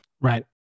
Right